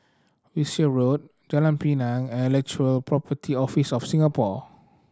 Wiltshire Road Jalan Pinang and Intellectual Property Office of Singapore